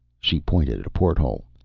she pointed at a porthole.